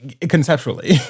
Conceptually